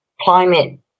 climate